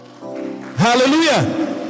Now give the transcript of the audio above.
Hallelujah